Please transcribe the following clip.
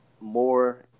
more –